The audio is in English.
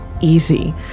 easy